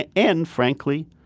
ah and frankly,